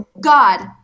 God